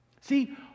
See